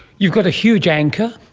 you've got a huge anchor,